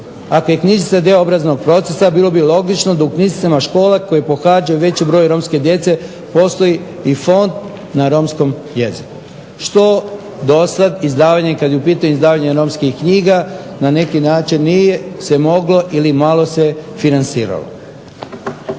Ako je knjižica dio obrazovnog procesa bilo bi logično da u knjižicama škola koje pohađaju veći broj romske djece postoji i …/Ne razumije se./… na romskom jeziku što dosad izdavanje, kad je u pitanju izdavanje romskih knjiga na neki način nije se moglo ili malo se financiralo.